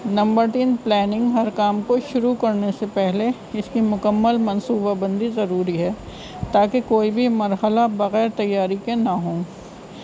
number تین planning ہر کام کو شروع کرنے سے پہلے اس کی مکمل منصوبہ بندی ضروری ہے تا کہ کوئی بھی مرحلہ بغیر تیاری کے نہ ہوں